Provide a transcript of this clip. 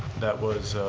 that was